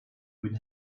with